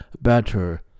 better